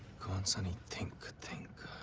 god sunny. think. think.